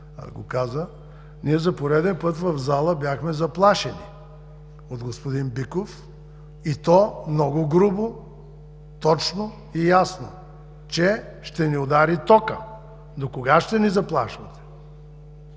го каза. Ние за пореден път в зала бяхме заплашени от господин Биков, и то много грубо, точно и ясно, че ще ни удари токът. Докога ще ни заплашвате?